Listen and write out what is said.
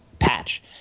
Patch